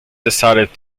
decided